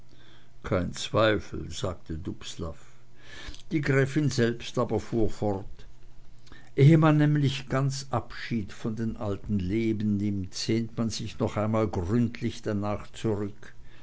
kein zweifel sagte dubslav die gräfin selbst aber fuhr fort ehe man nämlich ganz abschied von dem alten leben nimmt sehnt man sich noch einmal gründlich danach zurück